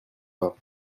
pas